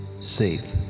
safe